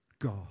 God